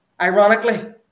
ironically